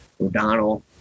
O'Donnell